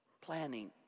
planning